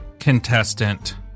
contestant